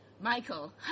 Michael